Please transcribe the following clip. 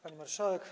Pani Marszałek!